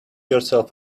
yourself